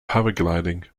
paragliding